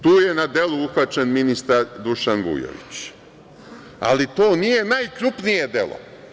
Tu je na delu uhvaćen ministar Dušan Vujović, ali to nije najkrupnije delo.